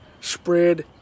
spread